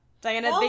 Diana